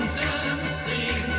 dancing